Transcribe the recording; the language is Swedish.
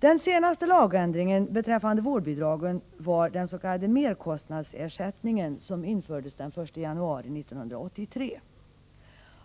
Den senaste lagändringen beträffande vårdbidragen var den s.k. merkostnadsersättningen, som infördes den 1 januari 1983.